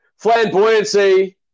flamboyancy